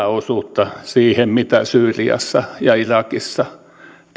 osuutta siihen mitä syyriassa ja irakissa